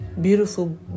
beautiful